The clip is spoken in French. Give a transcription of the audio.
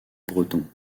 breton